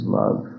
love